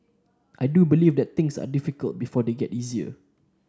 I do believe that things are difficult before they get easier